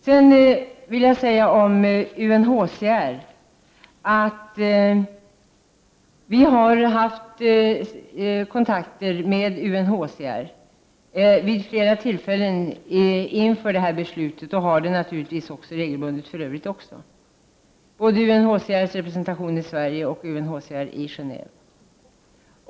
Regeringen har haft kontakter med UNHCR vid flera tillfällen inför detta beslut och har det naturligtvis regelbundet annars också, med UNHCR:s representation både i Sverige och i Gen&ve.